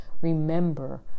Remember